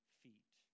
feet